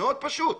מאוד פשוט.